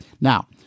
Now